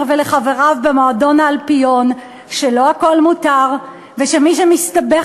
ולחבריו במועדון האלפיון שלא הכול מותר ושמי שמסתבך